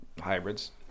hybrids